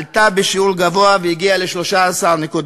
עלתה בשיעור גבוה והגיעה ל-13.1%,